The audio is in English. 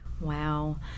Wow